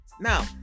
Now